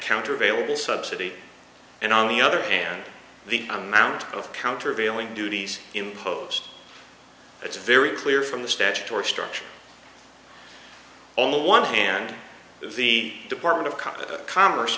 countervailing subsidy and on the other hand the amount of countervailing duties imposed it's very clear from the statutory structure on the one hand the department of co